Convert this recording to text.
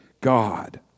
God